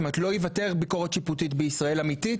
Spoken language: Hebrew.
זאת אומרת לא יוותר ביקורת שיפוטית בישראל אמיתית,